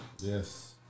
Yes